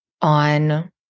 on